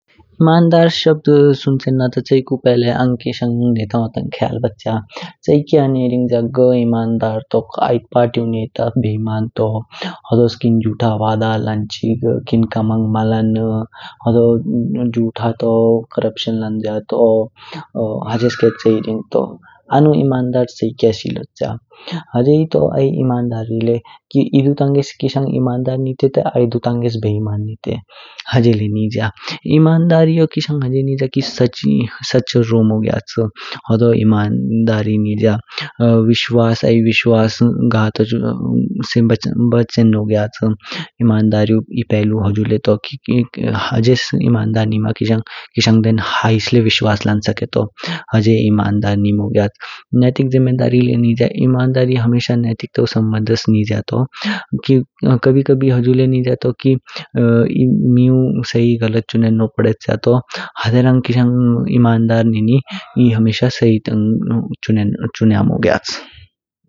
इम्मांधर शब्द सुनचेन त चीकु पहिले आंग कीशांग नेताियो तंग ख्याल ब्च्छया। चैयके हन्ने रिंग्ज्या घ्ह इमांधर टोख आदी पर्ट्यु नेता बेहिमान तो, होदोस किन झूठा वधा लांछिक, किन कमांग माल्न। होदो झूठा तो, करप्प्शन लांज्या तो, ह्जेसके चयी रिंग्ज्या तो। आनू इमांधर चाहिएके सी रोज्या। ह्जेहि तो इमांधारी ल्य की एधु तंगेस किशांग इमांदर नित ता आइदु तंगेस बेहिमान निते, ह्जे ल्य निन्ज्या। इमांधारियो कीशांग सच रोमो ग्याच हुजु हि इमांधारी निन्ज्या, आई विश्वास् घतोच ब्चेननो ग्याच। इमांधारी एह पहलु हुजु ले तो की ह्जेस इमांधर नीमा कीशांग देन हैस्स ले विश्वास् लं स्केतो। नेतिक जिम्मेदारी ले निन्ज्या। इमांधारी ह्मेशा मेटिकतौ सम्बन्ध्स् निन्ज्या तो कबी कबी हुजु ले निन्ज्या तो की ई मियु शी-ग्लत चुन्ने पदेच्य तो हदेरंग कीशांग इमांधर नी नी शी तंग चन्यामो ग्याच।